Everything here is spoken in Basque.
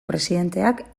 presidenteak